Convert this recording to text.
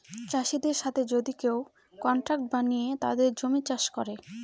চাষীদের সাথে যদি কেউ কন্ট্রাক্ট বানিয়ে তাদের জমি চাষ করে